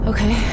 Okay